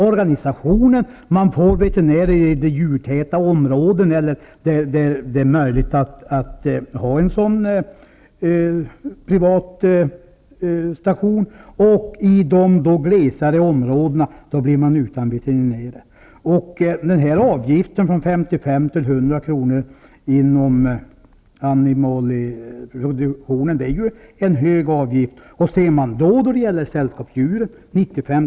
Det kommer att finnas veterinärer i de djurtäta områdena, där det är möjligt att hålla privatpraktik. I de områden som inte är så djurtäta blir man utan veterinär. Denna avgiftshöjning från 55 kr. till 100 kr. inom animalieproduktionen är hög. Höjningen för sällskapsdjur är också hög, från 95 kr.